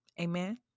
Amen